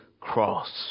cross